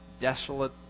desolate